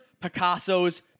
Picasso's